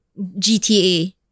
GTA